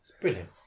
brilliant